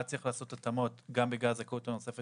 היה צריך לעשות התאמות גם בגלל הזכאות הנוספת